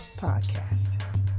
podcast